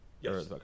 Yes